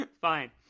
Fine